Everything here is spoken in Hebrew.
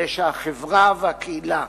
כדי שהחברה והקהילה